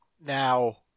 Now